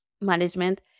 management